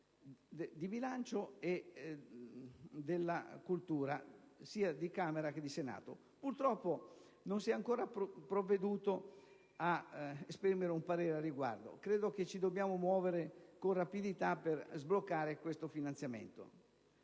bilancio e cultura sia della Camera che del Senato; purtroppo, non si è ancora provveduto ad esprimere un parere al riguardo e credo che ci dobbiamo muovere con rapidità per sbloccare questo finanziamento.